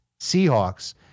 Seahawks